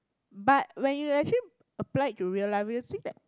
but when you're actually applied to real life we will see that